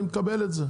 אני מקבל את זה.